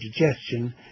digestion